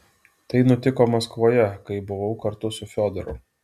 tai nutiko maskvoje kai buvau kartu su fiodoru